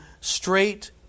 straight